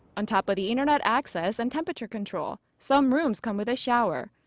on top of the internet access and temperature control, some rooms come with a shower.